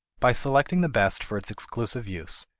by selecting the best for its exclusive use,